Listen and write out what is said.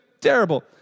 terrible